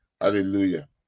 Hallelujah